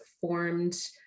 formed